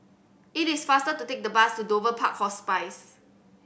it is faster to take the bus to Dover Park Hospice